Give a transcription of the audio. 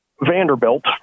Vanderbilt